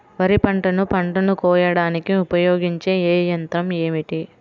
వరిపంటను పంటను కోయడానికి ఉపయోగించే ఏ యంత్రం ఏమిటి?